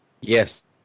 Yes